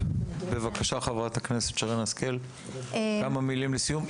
בבקשה, חברת הכנסת שרן השכל, כמה מילים לסיום.